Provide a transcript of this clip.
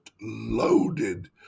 loaded